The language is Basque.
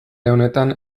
honetan